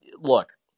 Look